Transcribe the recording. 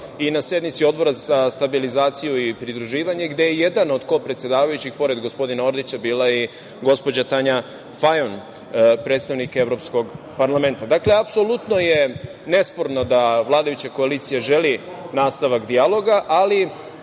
i na sednici Odbora za stabilizaciju i pridruživanje, gde je jedan od kopredsedavajućih, pored gospodina Orlića, bila i gospođa Tanja Fajon, predstavnik Evropskog parlamenta. Dakle, apsolutno je nesporno da vladajuća koalicija želi nastavak dijaloga, ali